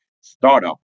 startup